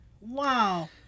Wow